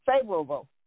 favorable